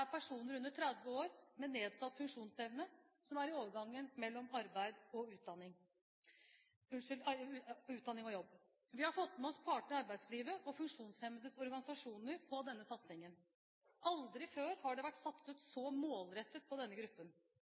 er personer under 30 år med nedsatt funksjonsevne, som er i overgangen mellom utdanning og jobb. Vi har fått med oss partene i arbeidslivet og funksjonshemmedes organisasjoner på denne satsingen. Aldri før har det vært satset så målrettet på denne gruppen.